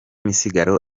misigaro